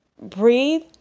Breathe